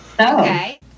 Okay